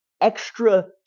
extra